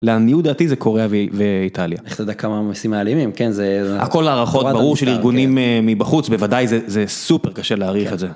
לעניות דעתי זה קוריאה ואיטליה. איך אתה יודע כמה מיסים מעלימים, כן זה... הכל הערכות ברור של ארגונים מבחוץ, בוודאי זה סופר קשה להעריך את זה.